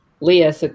Leah